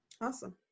Awesome